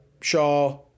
Shaw